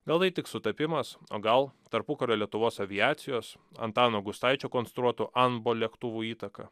gal tai tik sutapimas o gal tarpukario lietuvos aviacijos antano gustaičio konstruotų anbo lėktuvų įtaka